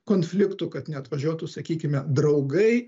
konfliktų kad neatvažiuotų sakykime draugai